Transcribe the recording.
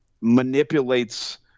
manipulates